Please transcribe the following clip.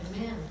Amen